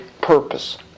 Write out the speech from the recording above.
purpose